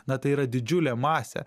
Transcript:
na tai yra didžiulė masė